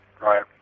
right